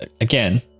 again